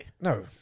No